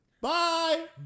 Bye